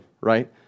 right